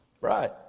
Right